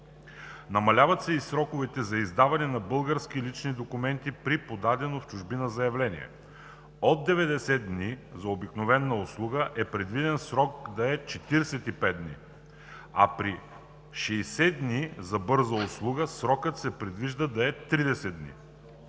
Намаляват се и сроковете за издаване на български лични документи при подадено в чужбина заявление. От 90 дни за обикновена услуга е предвидено срокът да е 45 дни, а при 60 дни за бърза услуга срокът се предвижда да е 30 дни.